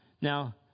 Now